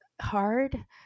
hard